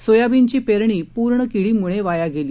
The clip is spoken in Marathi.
सोयाबीनची पेरणी पूर्ण किडीमुळे वाया गेली